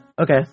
Okay